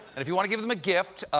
and if you want to get them a gift,